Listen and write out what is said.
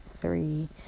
three